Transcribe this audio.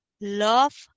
love